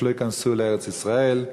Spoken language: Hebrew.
המרגלים לארץ-ישראל.